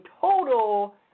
total